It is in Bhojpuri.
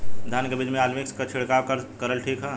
धान के बिज में अलमिक्स क छिड़काव करल ठीक ह?